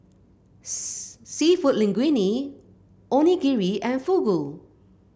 seafood Linguine Onigiri and Fugu